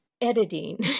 editing